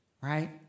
Right